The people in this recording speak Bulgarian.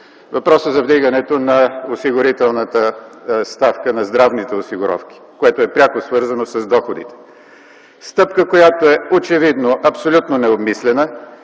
въпросът за вдигането на осигурителната ставка на здравните осигуровки, което е пряко свързано с доходите – стъпка, която очевидно е абсолютно необмислена,